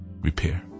repair